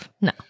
no